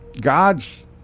God's